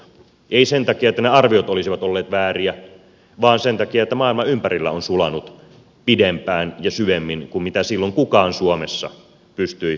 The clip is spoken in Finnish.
ei sen takia että ne arviot olisivat olleet vääriä vaan sen takia että maailma ympärillä on sulanut pidempään ja syvemmin kuin mitä silloin kukaan suomessa pystyi arvioimaan